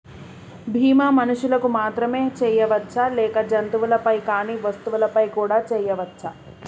బీమా మనుషులకు మాత్రమే చెయ్యవచ్చా లేక జంతువులపై కానీ వస్తువులపై కూడా చేయ వచ్చా?